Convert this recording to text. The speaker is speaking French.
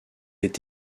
est